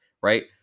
right